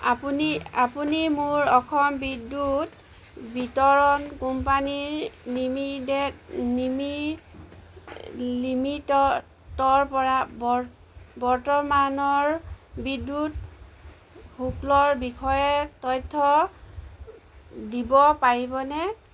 আপুনি মোক অসম বিদ্যুৎ বিতৰণ কোম্পানীৰ লিমিটেডৰ বৰ্তমানৰ বিদ্যুৎ শুল্কৰ বিষয়ে তথ্য দিব পাৰিবনে